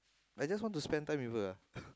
I just want to spend time with her ah